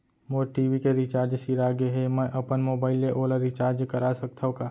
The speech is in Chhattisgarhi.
मोर टी.वी के रिचार्ज सिरा गे हे, मैं अपन मोबाइल ले ओला रिचार्ज करा सकथव का?